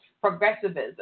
progressivism